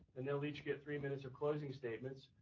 and they'll each get three minutes of closing statements.